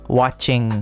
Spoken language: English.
watching